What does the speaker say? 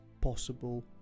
possible